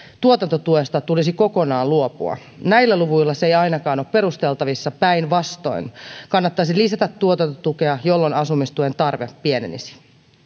tuotantotuesta tulisi kokonaan luopua näillä luvuilla se ei ainakaan ole perusteltavissa päinvastoin kannattaisi lisätä tuotantotukea jolloin asumistuen tarve pienenisi